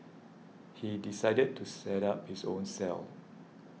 he decided to set up his own cell